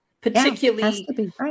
particularly